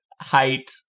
height